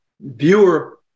viewer-